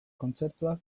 kontzertuak